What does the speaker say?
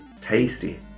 tasty